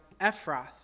Ephrath